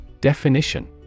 Definition